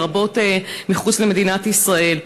לרבות מחוץ למדינת ישראל.